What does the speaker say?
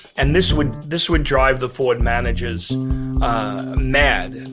and this would this would drive the ford managers mad. and